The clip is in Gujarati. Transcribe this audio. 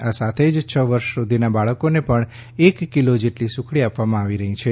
આ સાથે છ વર્ષ સુધીના બાળકો ને પણ એક કિલો જેટલી સુખડી આપવામાં આવી રહી છે